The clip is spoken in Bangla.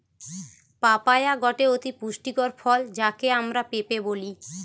পাপায়া গটে অতি পুষ্টিকর ফল যাকে আমরা পেঁপে বলি